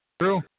True